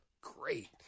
Great